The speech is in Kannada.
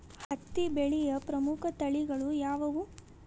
ಹತ್ತಿ ಬೆಳೆಯ ಪ್ರಮುಖ ತಳಿಗಳು ಯಾವ್ಯಾವು?